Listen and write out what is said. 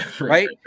Right